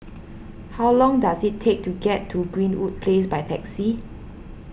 how long does it take to get to Greenwood Place by taxi